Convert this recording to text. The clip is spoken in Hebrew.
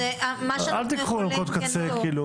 אל תיקחו נקודות קצה כאילו